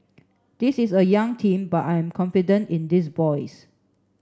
this is a young team but I am confident in these boys